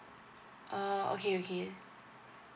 ah okay okay